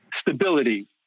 stability